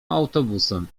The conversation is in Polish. autobusem